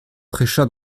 prêcha